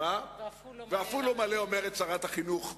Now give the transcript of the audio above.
ואף הוא לא מלא, אומרת שרת החינוך לשעבר,